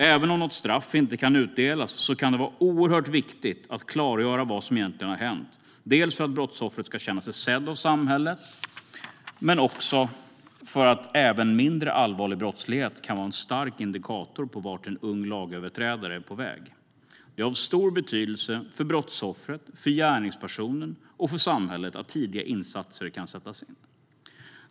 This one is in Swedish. Även om något straff inte kan utdelas är det oerhört viktigt att klargöra vad som egentligen har hänt, dels för att brottsoffret ska känna sig sedd av samhället, dels för att även mindre allvarlig brottslighet kan vara en stark indikator på vart en ung lagöverträdare är på väg. Det är av stor betydelse för brottsoffret, för gärningspersonen och för samhället att tidiga insatser kan sättas in.